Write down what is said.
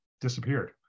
disappeared